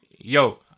Yo